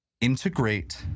integrate